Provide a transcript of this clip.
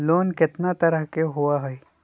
Loan केतना तरह के होअ हई?